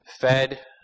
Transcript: fed